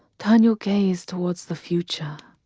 turn your gaze towards the future.